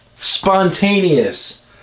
spontaneous